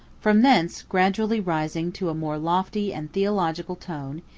from thence, gradually rising to a more lofty and theological tone,